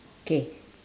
K